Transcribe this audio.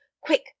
quick